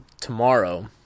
tomorrow